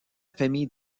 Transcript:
famille